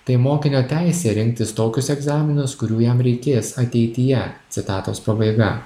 tai mokinio teisė rinktis tokius egzaminus kurių jam reikės ateityje citatos pabaiga